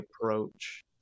approach